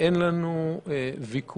אין לנו ויכוח